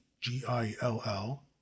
G-I-L-L